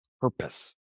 purpose